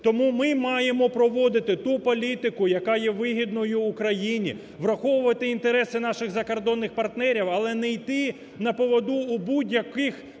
Тому ми маємо проводити ту політику, яка є вигідною Україні, враховувати інтереси наших закордонних партнерів, але не йти на поводу у будь-яких